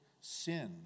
sin